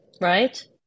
right